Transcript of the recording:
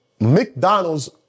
McDonald's